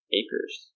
acres